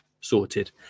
Sorted